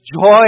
joy